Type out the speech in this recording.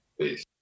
Peace